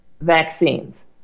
vaccines